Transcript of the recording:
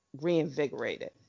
reinvigorated